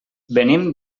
venim